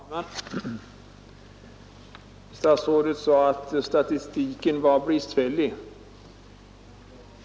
Herr talman! Statsrådet nämnde att statistiken var bristfällig.